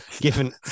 given